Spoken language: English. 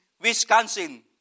Wisconsin